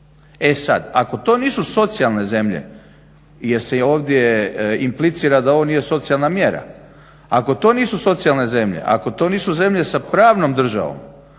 E sada, ako to nisu socijalne zemlje jer se i ovdje implicira da ovo nije socijalna mjera, ako to nisu socijalne zemlje, ako to nisu zemlje sa pravnom državom